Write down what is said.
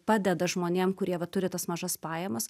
padeda žmonėm kurie va turi tas mažas pajamas